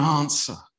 answer